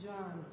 John